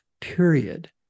period